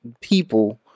people